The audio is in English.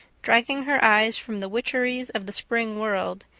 dragging her eyes from the witcheries of the spring world,